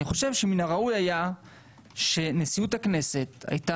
אני חושב שמן הראוי היה שנשיאות הכנסת הייתה